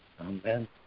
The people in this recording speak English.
Amen